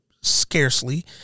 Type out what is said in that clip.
scarcely